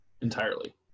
entirely